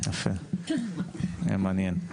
יפה, יהיה מעניין.